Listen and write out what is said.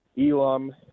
Elam